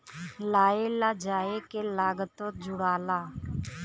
लाए ले जाए के लागतो जुड़ाला